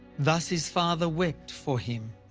thus his father wept for him.